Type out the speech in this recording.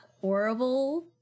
horrible